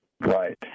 Right